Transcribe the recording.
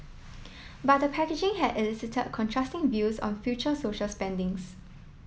but the package had elicite contrasting views on future social spendings